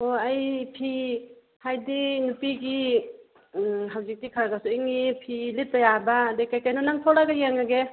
ꯍꯣ ꯑꯩ ꯐꯤ ꯍꯥꯏꯗꯤ ꯅꯨꯄꯤꯒꯤ ꯎꯝ ꯍꯧꯖꯤꯛꯇꯤ ꯈꯔ ꯈꯔꯁꯨ ꯏꯪꯉꯛꯑꯦ ꯐꯤ ꯂꯤꯠꯄ ꯌꯥꯕ ꯑꯗꯒꯤ ꯀꯔꯤ ꯀꯔꯤꯅꯣ ꯅꯪ ꯊꯣꯛꯂꯛꯂꯒ ꯌꯦꯡꯂꯒꯦ